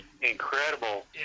incredible